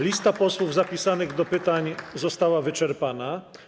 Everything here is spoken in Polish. Lista posłów zapisanych do pytań została wyczerpana.